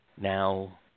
Now